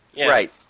Right